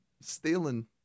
stealing